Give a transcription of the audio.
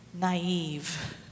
naive